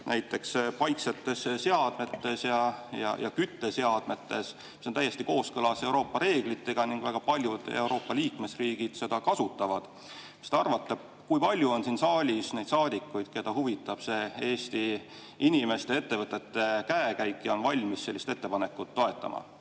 näiteks paiksetes seadmetes ja kütteseadmetes. See on täiesti kooskõlas Euroopa reeglitega ning väga paljud Euroopa liikmesriigid seda kasutavad. Mis te arvate, kui palju on siin saalis neid saadikuid, keda huvitab Eesti inimeste ja ettevõtete käekäik ja kes on valmis sellist ettepanekut toetama?